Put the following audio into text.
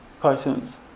cartoons